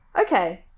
okay